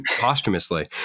posthumously